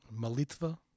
Malitva